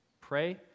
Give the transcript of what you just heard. Pray